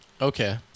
Okay